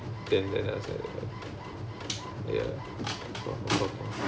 oh okay okay ya so think she should go